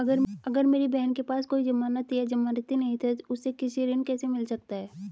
अगर मेरी बहन के पास कोई जमानत या जमानती नहीं है तो उसे कृषि ऋण कैसे मिल सकता है?